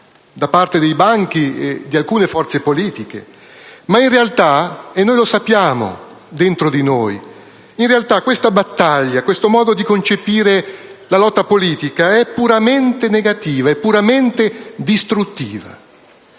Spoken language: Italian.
da parte di alcune forze politiche, ma in realtà - e lo sappiamo dentro di noi - questa battaglia, questo modo di concepire la lotta politica è puramente negativo, è puramente distruttivo.